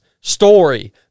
story